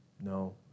No